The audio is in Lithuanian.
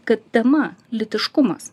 kad tema lytiškumas